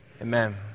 Amen